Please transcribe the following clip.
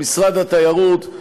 במשרד התיירות,